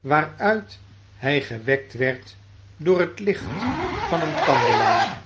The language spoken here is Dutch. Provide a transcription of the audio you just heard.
waaruit hij gewekt werd door het licht van een kandelaar